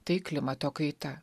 tai klimato kaita